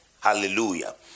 Hallelujah